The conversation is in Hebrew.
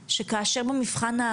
בטח שבבתי הספר היסודיים,